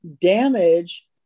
damage